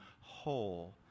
whole